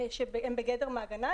שהם בגדר מעגנה,